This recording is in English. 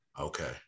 Okay